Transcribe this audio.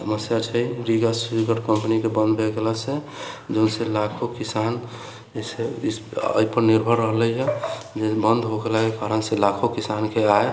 समस्या छै रीगा सुगर कम्पनीके बन्द भऽ गेलासँ जइसे लाखो किसान जइसे एहिपर निर्भर रहलै हँ जे बन्द हो गेलै एहि कारण छै लाखो किसानके आय